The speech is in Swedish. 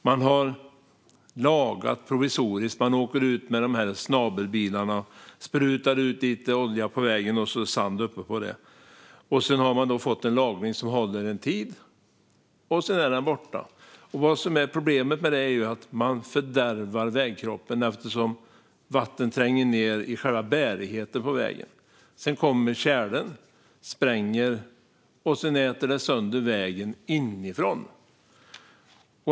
Man har lagat provisoriskt - man åker ut med de där snabelbilarna och sprutar ut lite olja på vägen och sand på det - så att det håller en tid, och sedan är lagningen borta. Problemet med det är att man fördärvar vägkroppen, eftersom vatten tränger ned i själva bärigheten på vägen. Sedan kommer tjälen och spränger och äter därefter sönder vägen inifrån.